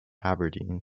aberdeen